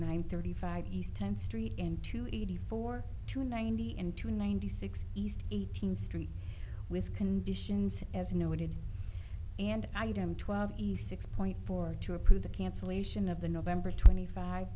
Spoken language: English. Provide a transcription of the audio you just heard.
nine thirty five east tenth street in two eighty four to ninety in two ninety six east eighteenth street with conditions as noted and twelve east six point four to approve the cancellation of the nov twenty five